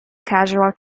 casual